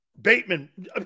Bateman